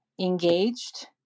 engaged